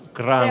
gran